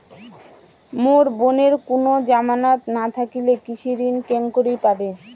মোর বোনের কুনো জামানত না থাকিলে কৃষি ঋণ কেঙকরি পাবে?